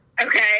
Okay